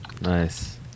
Nice